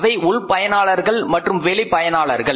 அவை உள்பயனாளர்கள் மற்றும் வெளிபயனாளர்கள்